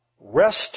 rest